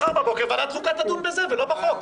מחר ועדת החוקה תדון בזה, ולא בחוק.